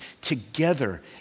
together